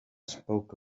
spoke